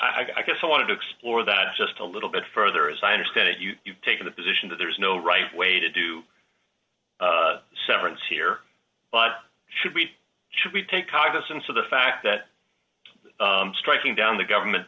remedy i guess i wanted to explore that just a little bit further as i understand it you've taken the position that there is no right way to do severance here but should we should we take cognizance of the fact that striking down the government